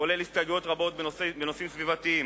כולל הסתייגויות רבות בנושאים סביבתיים.